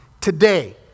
Today